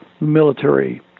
military